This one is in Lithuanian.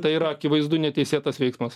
tai yra akivaizdu neteisėtas veiksmas